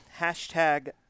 hashtag